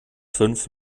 fünf